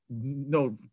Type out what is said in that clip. no